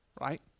right